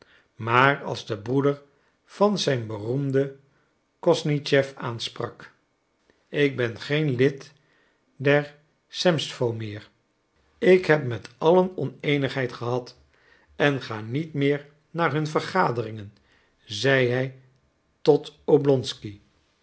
maar als den broeder van den beroemden kosnischeff aansprak ik ben geen lid der semstwo meer ik heb met allen oneenigheid gehad en ga niet meer naar hun vergaderingen zei hij tot oblonsky